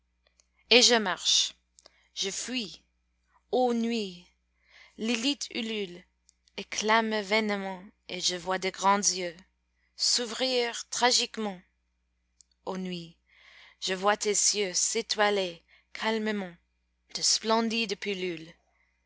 et je marche je fuis ô nuit lilith ulule et clame vainement et je vois de grands yeux s'ouvrir tragiquement ô nuit je vois tes cieux s'étoiler calmement de splendides pilules